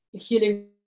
healing